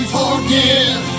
forgive